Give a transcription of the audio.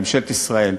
ממשלת ישראל,